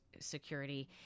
security